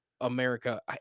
America